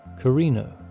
Carino